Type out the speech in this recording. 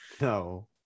No